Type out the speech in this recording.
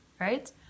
right